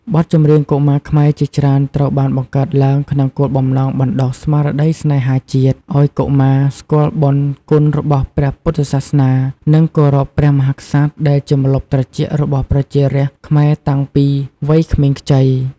បទចម្រៀងកុមារខ្មែរជាច្រើនត្រូវបានបង្កើតឡើងក្នុងគោលបំណងបណ្ដុះស្មារតីស្នេហាជាតិ ឲ្យកុមារស្គាល់បុណ្យគុណរបស់ព្រះពុទ្ធសាសនា និងគោរពព្រះមហាក្សត្រដែលជាម្លប់ត្រជាក់របស់ប្រជារាស្ត្រខ្មែរតាំងពីវ័យក្មេងខ្ចី។